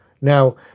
Now